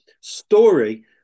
story